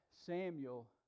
Samuel